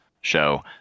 show